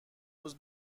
روز